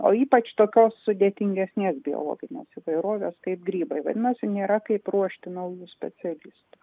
o ypač tokios sudėtingesnės biologinės įvairovės kaip grybai vadinasi nėra kaip ruošti naujų specialistų